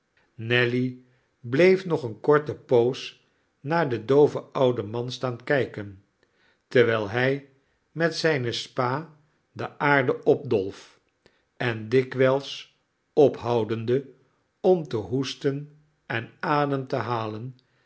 nelly bleef nog eene korte poos naar den dooven ouden man staan kijken terwijl hij met zijne spa de aarde opdolf en dikwijls ophoudende om te hoesten en adem te halen